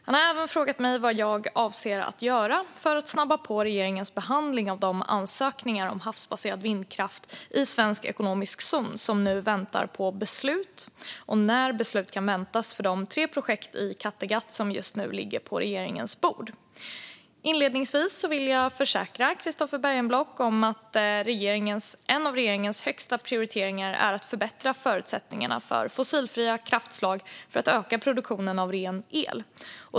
Han har även frågat mig vad jag avser att göra för att snabba på regeringens behandling av de ansökningar om havsbaserad vindkraft i svensk ekonomisk zon som nu väntar på beslut och när beslut kan väntas för de tre projekt i Kattegatt som just nu ligger på regeringens bord. Inledningsvis vill jag försäkra om att en av regeringens högsta prioriteringar är att förbättra förutsättningarna för fossilfria kraftslag för att öka produktionen av ren el.